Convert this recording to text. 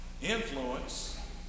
influence